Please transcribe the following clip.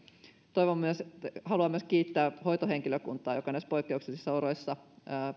haluan myös kiittää hoitohenkilökuntaa joka näissä poikkeuksellisissa oloissa